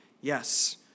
Yes